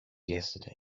yesterday